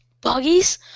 buggies